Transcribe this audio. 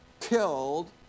killed